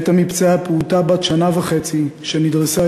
מתה מפצעיה פעוטה בת שנה וחצי שנדרסה